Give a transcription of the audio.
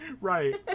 Right